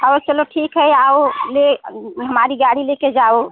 हाँ चलो ठीक है आओ ले हमारी गाड़ी ले के जाओ